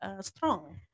strong